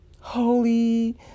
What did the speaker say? holy